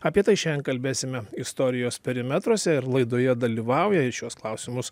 apie tai šiandien kalbėsime istorijos perimetruose ir laidoje dalyvauja ir šiuos klausimus